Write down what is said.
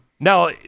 Now